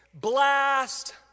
blast